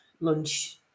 lunch